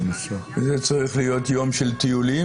זה צריך להיות יום של טיולים,